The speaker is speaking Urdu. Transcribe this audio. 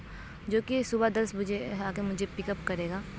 جو کہ صُبح دس بجے آ کے مجھے پک اپ کرے گا